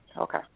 Okay